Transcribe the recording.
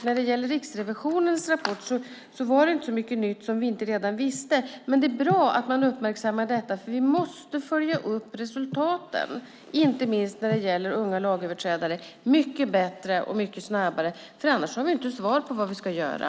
När det gäller Riksrevisionens rapport var det inte så mycket nytt som vi inte redan visste. Men det är bra att man uppmärksammar detta. Vi måste följa upp resultaten inte minst när det gäller unga lagöverträdare mycket bättre och mycket snabbare. Annars har vi inte svar på vad vi ska göra.